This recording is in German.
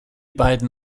beiden